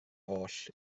oll